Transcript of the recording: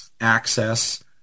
access